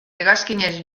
hegazkinez